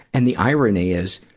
and the irony is,